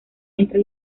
entre